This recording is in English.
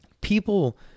people